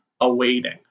awaiting